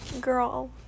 girl